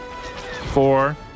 four